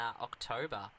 October